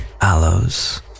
aloes